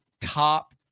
top